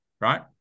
right